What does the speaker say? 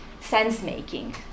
sense-making